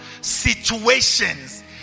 situations